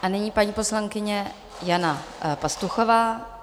Nyní paní poslankyně Jana Pastuchová.